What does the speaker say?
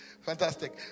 fantastic